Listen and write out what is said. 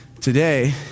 today